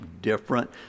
different